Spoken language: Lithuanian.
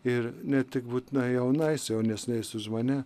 ir ne tik būtinai jaunais jaunesniais už mane